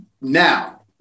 now